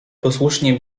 posłusznie